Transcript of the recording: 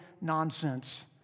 nonsense